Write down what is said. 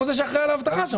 הוא זה שאחראי על האבטחה שם.